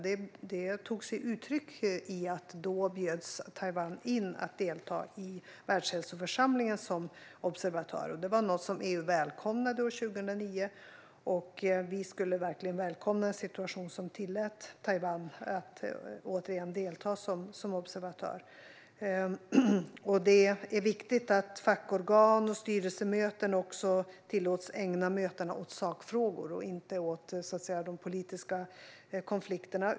Det tog sig uttryck i att Taiwan då bjöds in att delta i världshälsoförsamlingen som observatör. Det var något som EU välkomnade år 2009. Sverige skulle verkligen välkomna en situation som tillät Taiwan att återigen delta som observatör. Det är viktigt att fackorgan och styrelsemöten också tillåts ägna mötena åt sakfrågor och inte åt de politiska konflikterna.